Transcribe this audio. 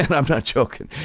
and i'm not joking.